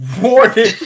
warning